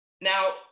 Now